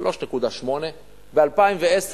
3.8. ב-2010,